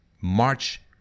march